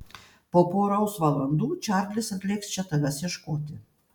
po poros valandų čarlis atlėks čia tavęs ieškoti